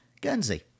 Guernsey